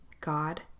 God